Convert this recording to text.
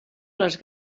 les